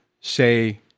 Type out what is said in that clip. say